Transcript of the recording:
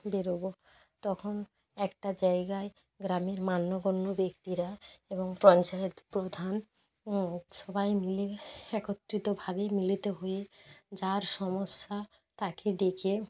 বেরবো তখন একটা জায়গায় গ্রামের মান্যগণ্য ব্যক্তিরা এবং পঞ্চায়েত প্রধান সবাই মিলে একত্রিতভাবে মিলিত হয়ে যার সমস্যা তাকে ডেকে